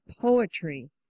poetry